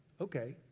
okay